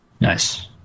Nice